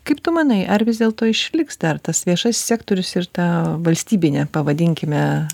kaip tu manai ar vis dėlto išliks dar tas viešasis sektorius ir ta valstybinė pavadinkime